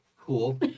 cool